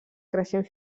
creixent